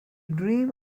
dream